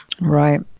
Right